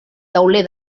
tauler